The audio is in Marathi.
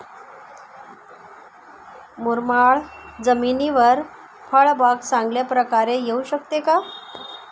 मुरमाड जमिनीवर फळबाग चांगल्या प्रकारे येऊ शकते का?